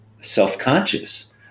self-conscious